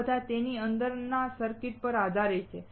આ બધા તેની અંદરના સર્કિટ પર આધારિત છે